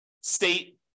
state